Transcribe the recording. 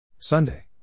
Sunday